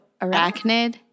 arachnid